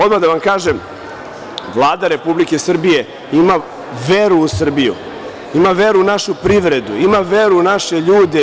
Odmah da vam kažem, Vlada Republike Srbije ima veru u Srbiju, ima veru u našu privredu, ima veru u naše ljude.